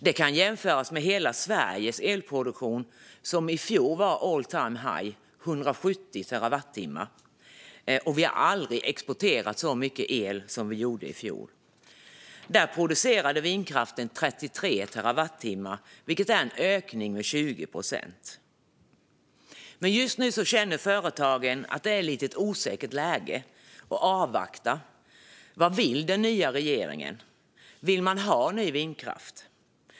Detta kan jämföras med hela Sveriges elproduktion, som i fjol var all-time-high: 170 terawattimmar. Vi har aldrig exporterat så mycket el som vi gjorde i fjol. Där producerade vindkraften 33 terawattimmar, vilket är en ökning med 20 procent. Just nu känner dock företagen att det är ett lite osäkert läge. De avvaktar. Vad vill den nya regeringen? Vill man ha ny vindkraft?